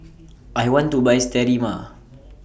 I want to Buy Sterimar